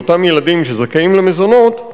לאותם ילדים שזכאים למזונות,